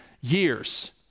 years